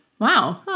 Wow